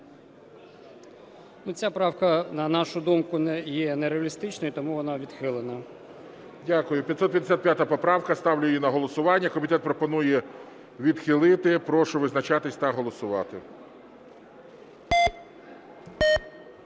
Ця правка, на нашу думку, не є реалістичною, тому вона відхилена. ГОЛОВУЮЧИЙ. Дякую. 555 поправка. Ставлю її на голосування. Комітет пропонує відхилити. Прошу визначатись та голосувати.